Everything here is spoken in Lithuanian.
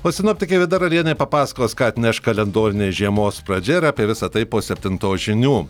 o sinoptikė vida ralienė papasakos ką atneš kalendorinės žiemos pradžia ir apie visa tai po septintos žinių